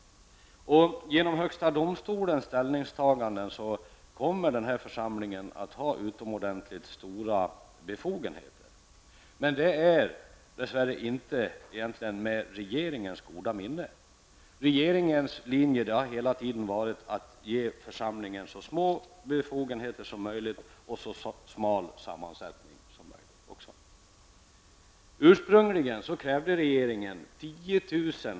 Genom högsta domstolens ställningstagande kommer församlingen att ha utomordentligt stora befogenheter, men det är dess värre egentligen inte med regeringens goda minne. Regeringens linje har hela tiden varit att ge församlingen så små befogenheter och så smal sammansättning som möjligt.